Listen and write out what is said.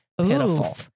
pitiful